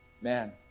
Man